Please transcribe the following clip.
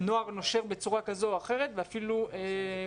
רואים נוער נושר בצורה כזו או אחרת ואפילו אותם